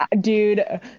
Dude